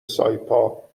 سایپا